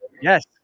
Yes